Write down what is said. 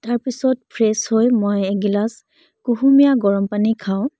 তাৰপিছত ফ্ৰেছ হৈ মই এগিলাচ কুহুমীয়া গৰম পানী খাওঁ